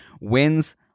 wins